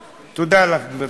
תודה לך, גברתי.